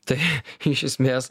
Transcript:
tai iš esmės